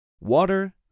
Water